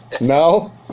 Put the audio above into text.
No